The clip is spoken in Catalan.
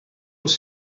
els